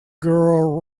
girl